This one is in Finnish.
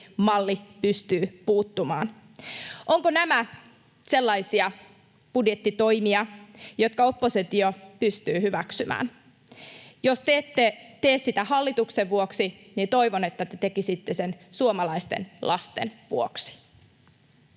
pystyy puuttumaan. Ovatko nämä sellaisia budjettitoimia, jotka oppositio pystyy hyväksymään? Jos te ette tee sitä hallituksen vuoksi, niin toivon, että te tekisitte sen suomalaisten lasten vuoksi.